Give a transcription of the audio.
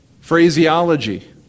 phraseology